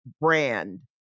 brand